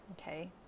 Okay